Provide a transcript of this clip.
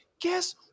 guess